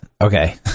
Okay